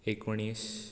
एकोणीस